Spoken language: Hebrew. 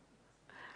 היבשתיות,